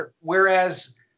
Whereas